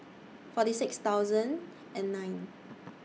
forty six thousand and nine